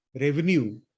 revenue